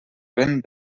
ben